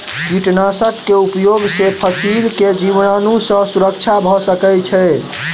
कीटनाशक के उपयोग से फसील के जीवाणु सॅ सुरक्षा भअ सकै छै